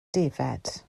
defaid